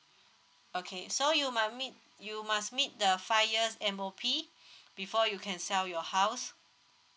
okay so you mu~ meet you must meet the five years M_O_P before you can sell your house